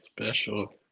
Special